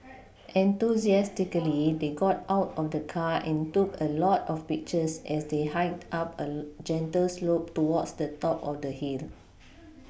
enthusiastically they got out of the car and took a lot of pictures as they hiked up a gentle slope towards the top of the hill